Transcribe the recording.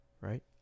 right